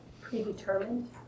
Predetermined